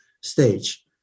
stage